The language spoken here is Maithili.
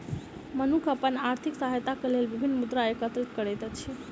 मनुख अपन आर्थिक सहायताक लेल विभिन्न मुद्रा एकत्रित करैत अछि